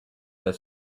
that